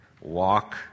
Walk